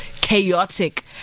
chaotic